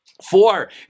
Four